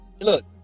look